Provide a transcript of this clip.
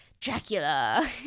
Dracula